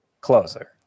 closer